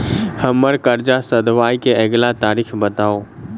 हम्मर कर्जा सधाबई केँ अगिला तारीख बताऊ?